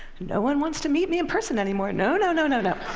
no one wants to meet me in person anymore, no, no, no, no, no.